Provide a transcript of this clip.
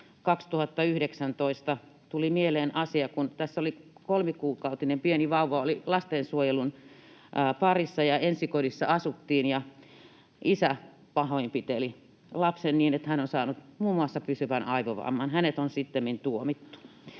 2019. Tuli mieleen se asia, kun kolmikuukautinen pieni vauva oli lastensuojelun parissa ja ensikodissa asuttiin ja isä pahoinpiteli lapsen niin, että tämä on saanut muun muassa pysyvän aivovamman, ja hänet on sittemmin tuomittu.